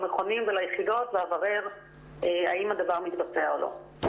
למכונים וליחידות ואברר האם הדבר מתבצע או לא.